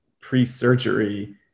pre-surgery